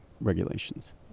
regulations